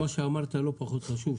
כמו שאמרת משהו לא פחות חשוב,